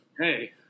hey